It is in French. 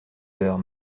heures